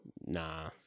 Nah